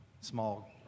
small